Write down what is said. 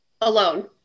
alone